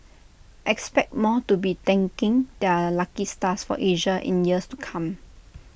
expect more to be thanking their lucky stars for Asia in years to come